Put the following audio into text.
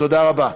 תודה רבה.